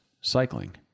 cycling